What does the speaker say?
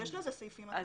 יש לזה סעיפים אחרים.